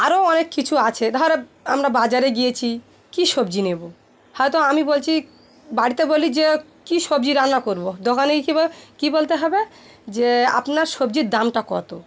আরও অনেক কিছু আছে ধরো আমরা বাজারে গিয়েছি কী সবজি নেব হয়তো আমি বলছি বাড়িতে বলি যে কী সবজি রান্না করবো দোকানে কীভাবে কী বলতে হবে যে আপনার সবজির দামটা কত